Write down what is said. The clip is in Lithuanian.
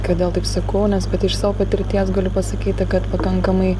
kodėl taip sakau nes bet iš savo patirties galiu pasakyti kad pakankamai